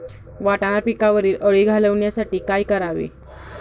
वाटाणा पिकावरील अळी घालवण्यासाठी काय करावे?